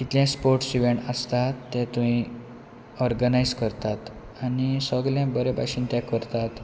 कितले sports event आसता ते थंय ऑर्गनायज करतात आनी सगले बरे भाशेन ते करतात